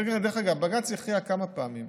דרך אגב, בג"ץ הכריע כמה פעמים.